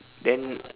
then